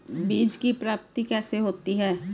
बीज की प्राप्ति कैसे होती है?